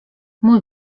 mój